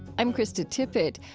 i'm krista tippett.